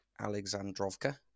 Alexandrovka